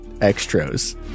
extras